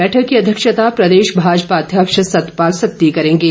बैठक की अध्यक्षता प्रदेश भाजपा अध्यक्ष सतपाल सत्ती करेंगे